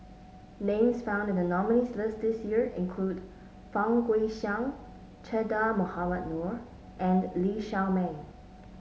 names found in the nominees' list this year include Fang Guixiang Che Dah Mohamed Noor and Lee Shao Meng